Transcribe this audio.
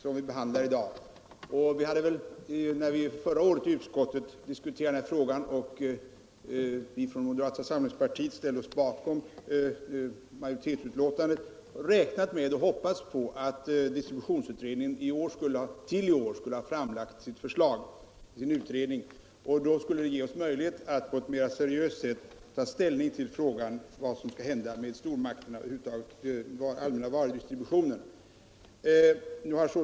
Herr talman! Det är säkerligen en mycket viktig fråga som vi behandlar i dag. När vi förra året diskuterade denna fråga i utskottet ställde vi från moderata samlingspartiet oss bakom majoritetsutlåtandet. Vi räknade då med och hoppades på att distributionsutredningen till i år skulle ha framlagt sitt betänkande. Det skulle ge oss möjlighet att på ett mera seriöst sätt ta ställning till frågan, vad som skall hända med stormarknaderna, med den allmänna varudistributionen över huvud taget.